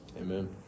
Amen